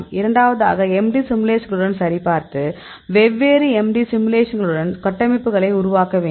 இரண்டாவதாக MD சிமுலேஷன்களுடன் சரிபார்த்து வெவ்வேறு MD சிமுலேஷன்களுடன் கட்டமைப்புகளை உருவாக்க வேண்டும்